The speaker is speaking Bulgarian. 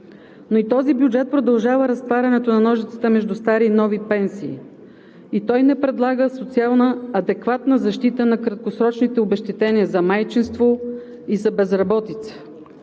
Но и този бюджет продължава разтварянето на ножицата между стари и нови пенсии, и той не предлага социална адекватна защита на краткосрочните обезщетения за майчинство и за безработица,